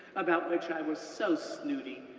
about which i was so snooty,